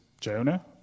Jonah